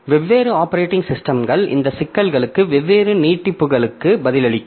வெவ்வேறு ஆப்பரேட்டிங் சிஸ்டம்கள் இந்த சிக்கல்களுக்கு வெவ்வேறு நீட்டிப்புகளுக்கு பதிலளிக்கும்